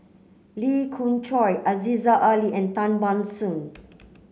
Lee Khoon Choy Aziza Ali and Tan Ban Soon